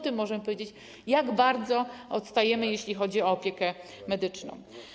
Stąd możemy powiedzieć, jak bardzo odstajemy, jeśli chodzi o opiekę medyczną.